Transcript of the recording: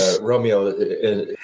Romeo